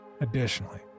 Additionally